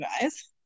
guys